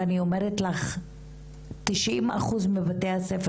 ואני אומרת לך תשעים אחוז מבתי הספר